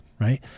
right